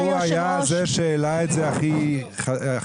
הוא היה זה שהעלה את זה הכי גבוה.